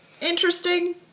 interesting